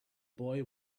boy